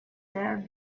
there